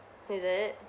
is it